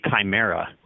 chimera